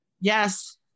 Yes